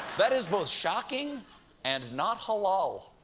that is both shocking and not halal.